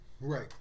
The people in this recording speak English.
Right